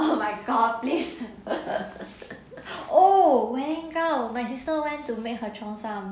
oh my god please oh wedding gown my sister went to make her cheong sum